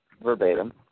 verbatim